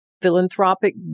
philanthropic